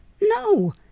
No